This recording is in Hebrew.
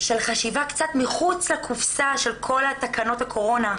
של חשיבה קצת מחוץ לקופסה של כל תקנות הקורונה.